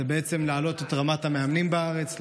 הוא בעצם להעלות את רמת המאמנים בארץ,